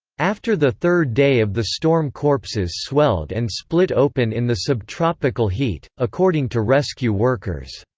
after the third day of the storm corpses swelled and split open in the subtropical heat, according to rescue workers.